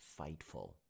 fightful